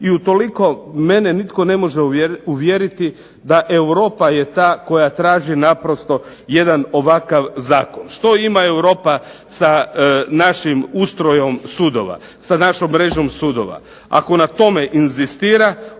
I utoliko mene nitko ne može uvjeriti da Europa je ta koja traži naprosto jedan ovakav zakon. Što ima Europa sa našim ustrojem sudova, sa našom mrežom sudova. Ako na tome inzistira,